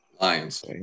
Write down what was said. Lions